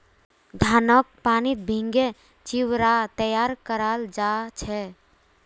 धानक पानीत भिगे चिवड़ा तैयार कराल जा छे